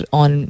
on